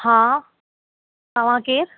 हा तव्हां केरु